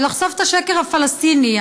ולחשוף את השקר הפלסטיני.